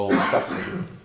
suffering